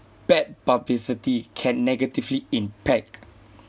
bad publicity can negatively impact